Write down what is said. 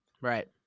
Right